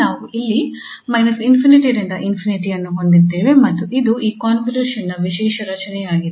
ನಾವು ಇಲ್ಲಿ −∞ ರಿಂದ ∞ ಅನ್ನು ಹೊಂದಿದ್ದೇವೆ ಮತ್ತು ಇದು ಈ ಕಾಂವೊಲ್ಯೂಷನ್ ನ ವಿಶೇಷ ರಚನೆಯಾಗಿದೆ